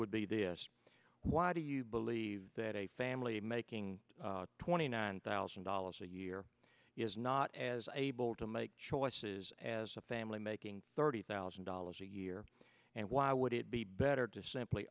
would be they asked why do you believe that a family making twenty nine thousand dollars a year is not as able to make choices as a family making thirty thousand dollars a year and why would it be better to simply